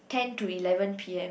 ten to eleven P_M